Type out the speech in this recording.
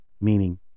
meaning